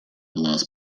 lost